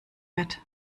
wird